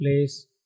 place